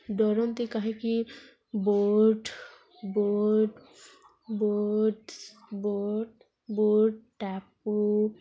ଡରନ୍ତି କାହିଁକି boat boat boat boat boat ଟାପୁ